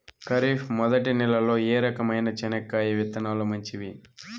ఖరీఫ్ మొదటి నెల లో ఏ రకమైన చెనక్కాయ విత్తనాలు మంచివి